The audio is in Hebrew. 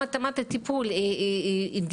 גם התאמת הטיפול היא אינדיבידואלית